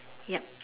yup